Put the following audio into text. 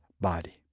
body